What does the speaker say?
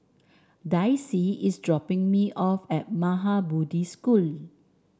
Dicy is dropping me off at Maha Bodhi School